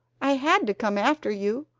i had to come after you.